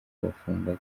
kubafunga